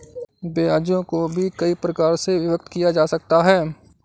ब्याजों को भी कई प्रकार से विभक्त किया जा सकता है